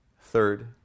Third